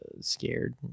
scared